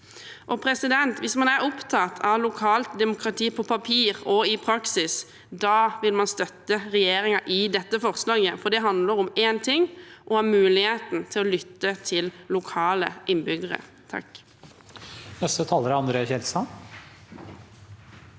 som kreves. Hvis man er opptatt av lokalt demokrati på papir og i praksis, vil man støtte regjeringen i dette forslaget, for det handler om én ting: å ha muligheten til å lytte til lokale innbyggere. André